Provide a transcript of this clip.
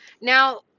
now